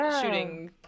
shooting